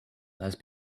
has